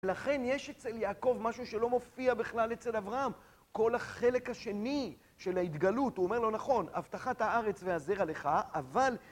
לכן יש אצל יעקב משהו שלא מופיע בכלל אצל אברהם, כל החלק השני של ההתגלות, הוא אומר לו נכון, הבטחת הארץ והזרע לך, אבל